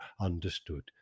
understood